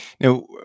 Now